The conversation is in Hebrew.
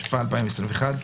התשפ"א-2021,